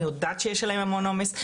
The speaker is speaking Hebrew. אני יודעת שיש עליהם המון עומס,